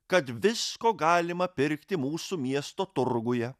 kad visko galima pirkti mūsų miesto turguje